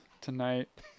tonight